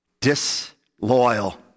disloyal